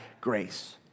grace